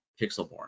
Pixelborn